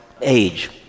age